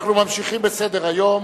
אנחנו ממשיכים בסדר-היום.